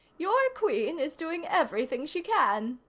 your queen is doing everything she can.